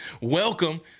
Welcome